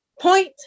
point